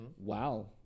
Wow